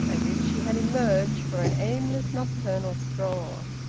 as if she had emerged for an aimless nocturnal stroll.